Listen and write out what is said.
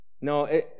No